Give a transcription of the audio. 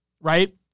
Right